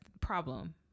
problem